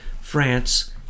France